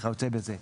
וכיוצא בזאת.